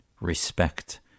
respect